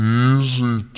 easy